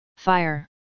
Fire